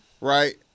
right